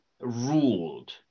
ruled